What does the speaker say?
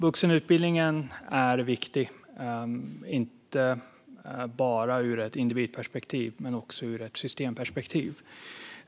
Vuxenutbildningen är viktig, inte bara ur ett individperspektiv utan också ur ett systemperspektiv.